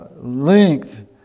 Length